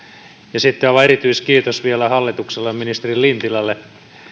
ja sitten aivan erityiskiitos vielä hallitukselle ja ministeri lintilälle